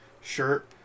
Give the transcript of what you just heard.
shirt